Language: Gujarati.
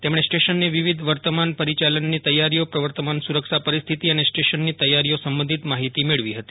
તેમણે સ્ટે શનની વિવિધ વર્તમાન પરિચાલન તૈયારીઓ પ્રવર્તમાનસુરક્ષા પરિસ્થિતિ અને સ્ટેશનની તૈયારીઓ સંબંધિત માહિતી મેળવી હતી